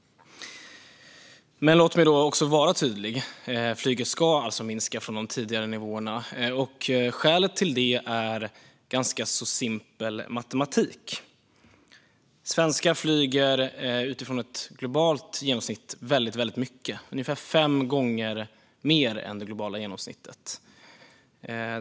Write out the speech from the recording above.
Låt mig också vara tydlig med att flyget ska minska från de tidigare nivåerna. Skälet till det är en ganska så simpel matematik. Svenskar flyger väldigt mycket. Vi flyger ungefär fem gånger mer än det globala genomsnittet.